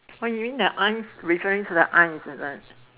what you mean the aunt referring to the aunts is it